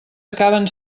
acaben